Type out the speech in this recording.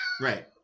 Right